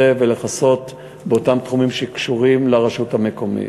ולכסות באותם תחומים שקשורים לרשות המקומית.